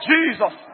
Jesus